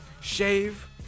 shave